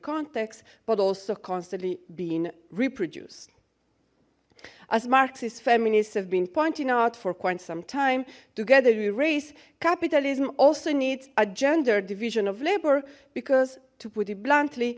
contexts but also constantly being reproduced as marxist feminists have been pointing out for quite some time together we raise capitalism also needs a gender division of labor because to put it bluntly